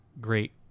great